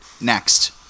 next